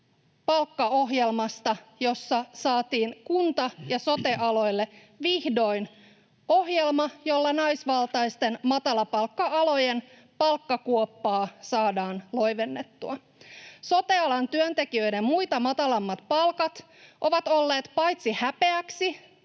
palkkaohjelmasta, jossa saatiin kunta- ja sote-aloille vihdoin ohjelma, jolla naisvaltaisten matalapalkka-alojen palkkakuoppaa saadaan loivennettua. Sote-alan työntekijöiden muita matalammat palkat ovat olleet paitsi häpeäksi,